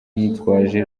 yitwaje